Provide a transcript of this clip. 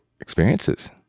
experiences